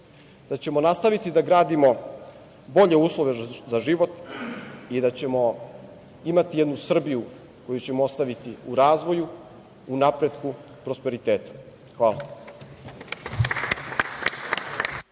da ćemo nastaviti da gradimo bolje uslove za život i da ćemo imati jednu Srbiju koju ćemo ostaviti u razvoju, u napretku, prosperitetu. Hvala.